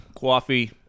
Coffee